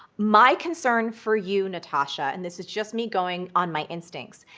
my concern for you, natasha, and this is just me going on my instincts,